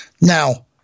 now